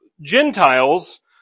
Gentiles